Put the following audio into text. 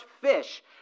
fish